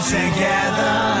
together